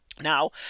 Now